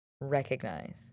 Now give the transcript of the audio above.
recognize